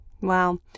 Wow